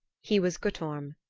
he was guttorm,